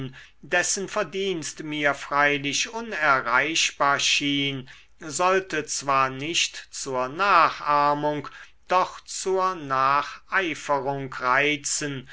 dessen verdienst mir freilich unerreichbar schien sollte zwar nicht zur nachahmung doch zur nacheiferung reizen